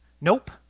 Nope